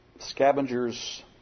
scavengers